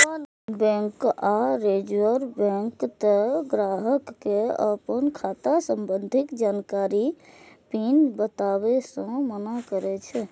bank आ reserve bank तें ग्राहक कें अपन खाता संबंधी जानकारी, पिन बताबै सं मना करै छै